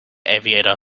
aviator